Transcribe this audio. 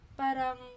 parang